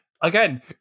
Again